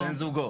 בן זוגו.